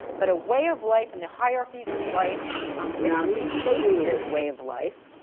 but a way of life in the hierarchies of life which we base this way of life,